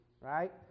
right